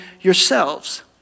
yourselves